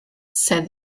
said